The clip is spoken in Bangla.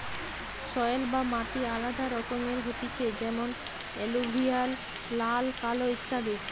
সয়েল বা মাটি আলাদা রকমের হতিছে যেমন এলুভিয়াল, লাল, কালো ইত্যাদি